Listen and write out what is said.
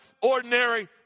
ordinary